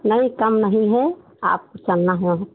नहीं कम नहीं है आपको चलना है